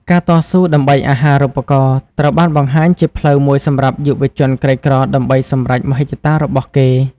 ការតស៊ូដើម្បីអាហារូបករណ៍ ត្រូវបានបង្ហាញជាផ្លូវមួយសម្រាប់យុវជនក្រីក្រដើម្បីសម្រេចមហិច្ឆតារបស់គេ។